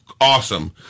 awesome